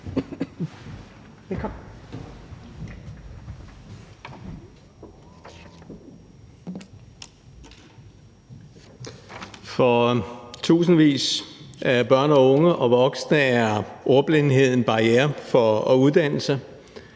For tusindvis af børn, unge og voksne er ordblindhed en barriere for at uddanne